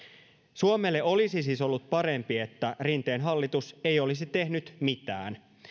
suomelle olisi siis ollut parempi että rinteen hallitus ei olisi tehnyt mitään